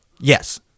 Yes